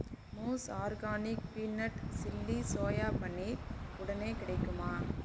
mousse organic peanut chilli soya paneer உடனே கிடைக்குமா